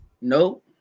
No